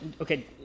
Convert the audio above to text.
Okay